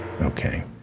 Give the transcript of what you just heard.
Okay